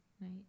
right